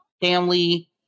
family